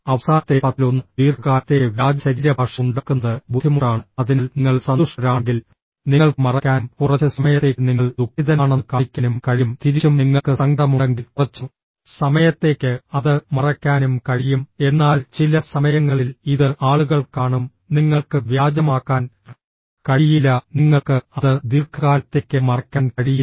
അവസാനത്തെ പത്തിലൊന്ന് ദീർഘകാലത്തേക്ക് വ്യാജ ശരീരഭാഷ ഉണ്ടാക്കുന്നത് ബുദ്ധിമുട്ടാണ് അതിനാൽ നിങ്ങൾ സന്തുഷ്ടരാണെങ്കിൽ നിങ്ങൾക്ക് മറയ്ക്കാനും കുറച്ച് സമയത്തേക്ക് നിങ്ങൾ ദുഃഖിതനാണെന്ന് കാണിക്കാനും കഴിയും തിരിച്ചും നിങ്ങൾക്ക് സങ്കടമുണ്ടെങ്കിൽ കുറച്ച് സമയത്തേക്ക് അത് മറയ്ക്കാനും കഴിയും എന്നാൽ ചില സമയങ്ങളിൽ ഇത് ആളുകൾ കാണും നിങ്ങൾക്ക് വ്യാജമാക്കാൻ കഴിയില്ല നിങ്ങൾക്ക് അത് ദീർഘകാലത്തേക്ക് മറയ്ക്കാൻ കഴിയില്ല